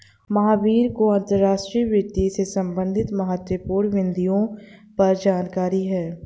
महावीर को अंतर्राष्ट्रीय वित्त से संबंधित महत्वपूर्ण बिन्दुओं पर जानकारी है